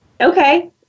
Okay